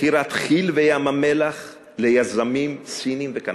מכירת כי"ל ו"מפעלי ים-המלח" ליזמים סינים וקנדים.